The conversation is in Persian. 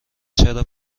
چرا